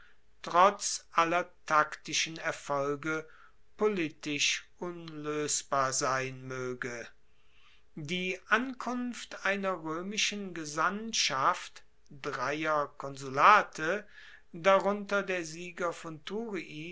trotz aller taktischen erfolge politisch unloesbar sein moege die ankunft einer roemischen gesandtschaft dreier konsulate darunter der sieger von thurii